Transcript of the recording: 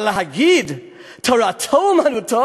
אבל להגיד תורתו-אומנותו?